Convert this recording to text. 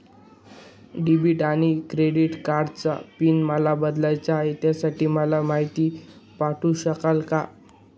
Debit आणि credit कार्डचा PIN मला बदलायचा आहे, त्यासाठी मला माहिती पाठवू शकाल का?